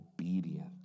obedient